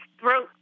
throat